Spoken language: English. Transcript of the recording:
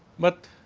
but,